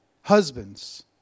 Husbands